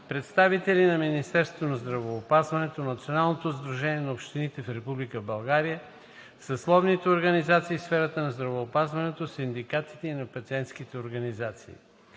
представители на Министерството на здравеопазването, Националното сдружение на общините в Република България, съсловните организации в сферата на здравеопазването, синдикатите и пациентските организации.